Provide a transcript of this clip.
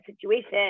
situation